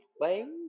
playing